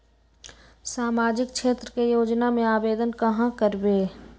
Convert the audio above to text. सामाजिक क्षेत्र के योजना में आवेदन कहाँ करवे?